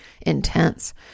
intense